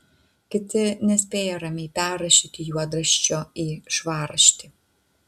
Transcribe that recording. kiti nespėja ramiai perrašyti juodraščio į švarraštį